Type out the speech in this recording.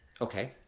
Okay